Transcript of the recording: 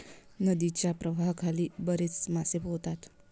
नदीच्या प्रवाहाखाली बरेच मासे पोहतात